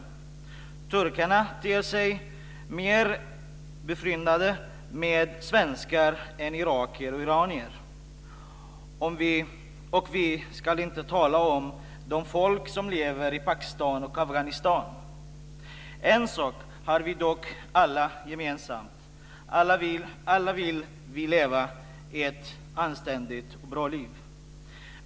Svenskarna känner sig mer befryndade med turkarna än med irakier och iranier, och vi ska inte tala om de folk som lever i Pakistan och i En sak har vi dock alla gemensamt: Alla vill vi leva ett anständigt och bra liv.